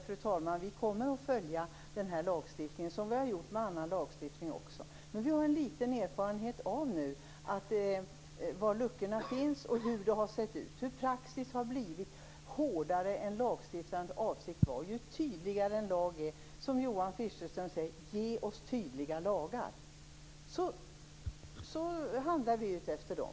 Fru talman! Vi kommer att följa lagstiftningen, som vi har gjort med annan lagstiftning. Nu har vi erfarenhet av var luckorna kan finnas och hur det har sett ut. Praxis har blivit hårdare än vad som var lagstiftarens avsikt. Ju tydligare en lag är, desto bättre. Johan Fischerström säger: Ge oss tydliga lagar, så handlar vi utefter dem.